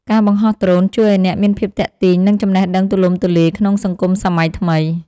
ការបង្ហោះដ្រូនជួយឱ្យអ្នកមានភាពទាក់ទាញ និងចំណេះដឹងទូលំទូលាយក្នុងសង្គមសម័យថ្មី។